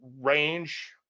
range